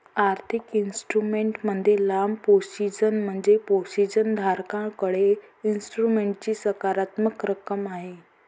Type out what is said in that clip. आर्थिक इन्स्ट्रुमेंट मध्ये लांब पोझिशन म्हणजे पोझिशन धारकाकडे इन्स्ट्रुमेंटची सकारात्मक रक्कम आहे